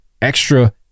extra